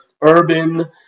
urban